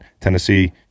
Tennessee